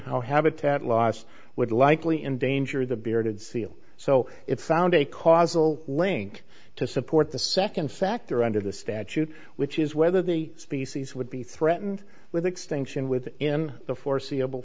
how habitat loss would likely endanger the bearded seal so it found a causal link to support the second factor under the statute which is whether the species would be threatened with extinction with it in the foreseeable